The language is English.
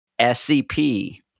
SCP